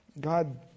God